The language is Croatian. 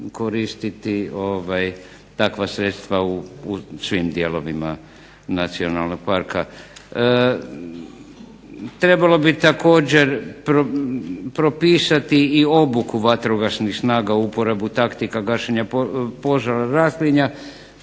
koristiti takva sredstva u svim dijelovima Nacionalnog parka. Trebalo bi također propisati i obuku vatrogasnih snaga u uporabi taktika gašenja požara raslinja